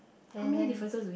and there